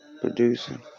producing